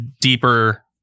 deeper